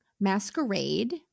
masquerade